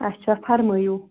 اَچھا فرمٲوِو